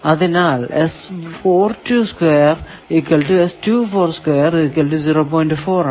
അതിനാൽ ആണ്